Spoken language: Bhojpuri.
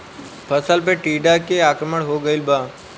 फसल पे टीडा के आक्रमण हो गइल बा?